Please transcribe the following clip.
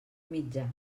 mitjà